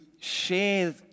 share